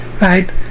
Right